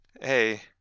hey